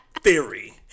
theory